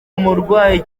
umurwayi